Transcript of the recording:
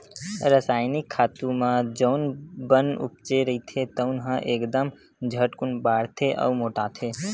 रसायनिक खातू म जउन बन उपजे रहिथे तउन ह एकदम झटकून बाड़थे अउ मोटाथे